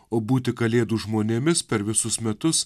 o būti kalėdų žmonėmis per visus metus